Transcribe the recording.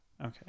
Okay